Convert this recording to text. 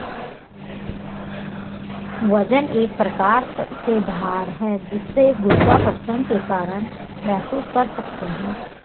वजन एक प्रकार से भार है जिसे गुरुत्वाकर्षण के कारण महसूस कर सकते है